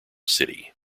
city